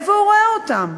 איפה הוא רואה אותם?